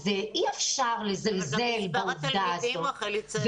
אז אי אפשר לזלזל בעובדה הזאת -- גם מספר התלמידים גדל מאוד.